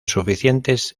suficientes